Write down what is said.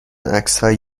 عکسهای